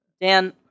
Dan